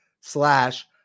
slash